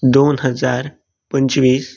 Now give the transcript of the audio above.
दोन हजार पंचवीस